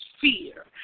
fear